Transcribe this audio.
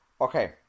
Okay